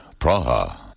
Praha